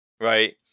right